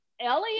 Ellie